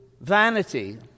vanity